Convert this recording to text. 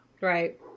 Right